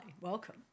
welcome